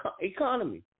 economy